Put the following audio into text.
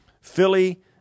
Philly